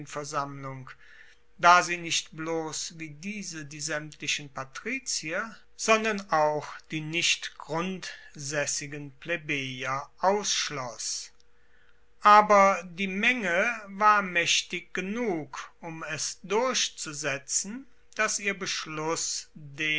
da sie nicht bloss wie diese die saemtlichen patrizier sondern auch die nicht grundsaessigen plebejer ausschloss aber die menge war maechtig genug um es durchzusetzen dass ihr beschluss